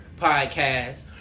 podcast